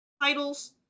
titles